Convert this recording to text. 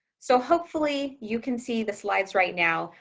so hopefully you can see the slides right now,